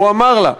הוא אמר לה,